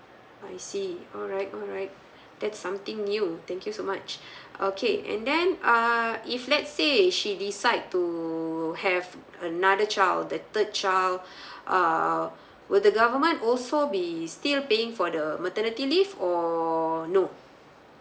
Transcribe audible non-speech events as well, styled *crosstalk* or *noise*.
I see alright alright that's something new thank you so much okay and then err if let's say she decide to have another child the third child *breath* err would the government also be still paying for the maternity leave or no